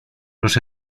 los